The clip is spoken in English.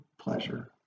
pleasure